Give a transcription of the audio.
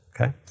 okay